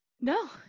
no